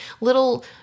little